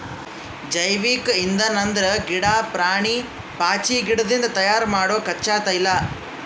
ಜೈವಿಕ್ ಇಂಧನ್ ಅಂದ್ರ ಗಿಡಾ, ಪ್ರಾಣಿ, ಪಾಚಿಗಿಡದಿಂದ್ ತಯಾರ್ ಮಾಡೊ ಕಚ್ಚಾ ತೈಲ